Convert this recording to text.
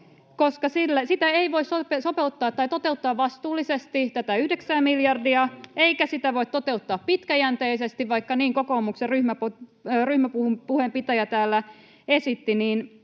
sopeuttaa tai toteuttaa vastuullisesti eikä sitä voi toteuttaa pitkäjänteisesti, vaikka niin kokoomuksen ryhmäpuheen pitäjä täällä esitti. Sen